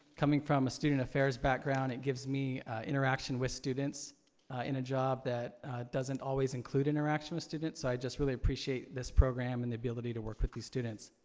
coming from a student affairs background, it gives me interaction with students in a job that doesn't always include interaction with students so i just really appreciate this program and the ability to work with these students.